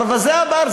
ברווזי הבר.